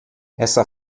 essa